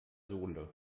sohle